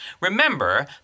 Remember